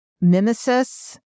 mimesis